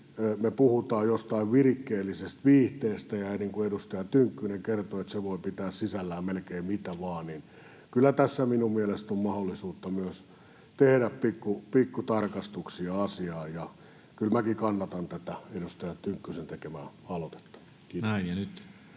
me puhutaan jostain virikkeellisestä viihteestä, ja niin kuin edustaja Tynkkynen kertoi, se voi pitää sisällään melkein mitä vaan, kyllä tässä minun mielestäni on mahdollisuutta myös tehdä pikku tarkastuksia asiaan. Kyllä minäkin kannatan tätä edustaja Tynkkysen tekemää aloitetta. — Kiitos.